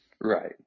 Right